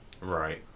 Right